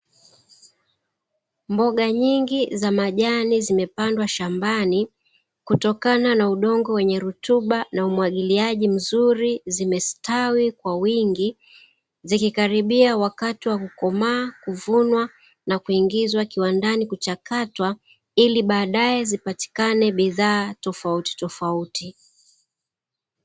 Mboga nyingi za majani zimepandwa shambani, kutokana na udongo wenye rutuba na umwagiliaji mzuri zimestawi kwa wingi, zikikaribia wakati wa kukomaa, kuvunwa na kuingizwa kiwandani kuchakatwa, ili baadae zipatikane bidhaa tofautitofauti.